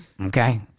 Okay